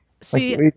See